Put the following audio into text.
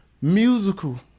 musical